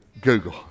Google